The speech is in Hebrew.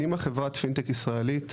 נימא חברת פינטק ישראלית,